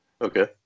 Okay